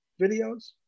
videos